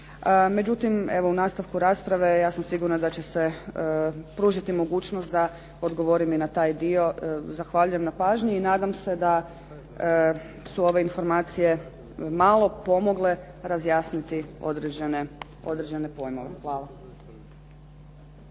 Međutim, evo u nastavku rasprave ja sam sigurna da će se pružiti mogućnost da odgovorim i na taj dio. Zahvaljujem na pažnji i nadam se da su ove informacije malo pomogle razjasniti određene pojmove. Hvala.